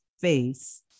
face